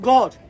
God